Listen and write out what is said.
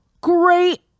Great